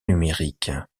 numériques